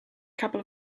couple